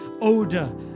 older